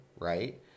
right